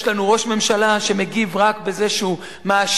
יש לנו ראש ממשלה שמגיב רק בזה שהוא מאשים,